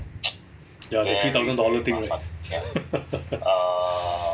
ya the three thousand dollar thing right